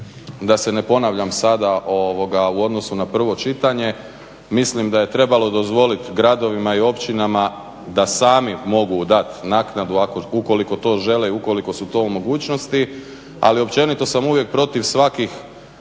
da se ne ponavljam sada u odnosu na prvo čitanje mislim da je trebalo dozvoliti gradovima i općinama da sami mogu dat naknadu ukoliko to žele i ukoliko su to u mogućnosti ali općenito sam uvijek protiv svakih